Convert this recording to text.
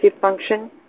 function